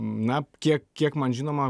na kiek kiek man žinoma